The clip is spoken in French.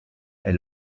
est